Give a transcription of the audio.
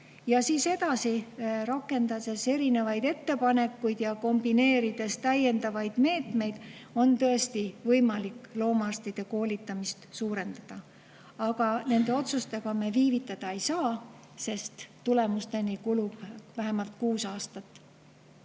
ja siis edasi rakendades erinevaid ettepanekuid ja kombineerides täiendavaid meetmeid on tõesti võimalik loomaarstide koolitamist suurendada. Aga nende otsustega me viivitada ei saa, sest tulemusteni kulub vähemalt kuus aastat.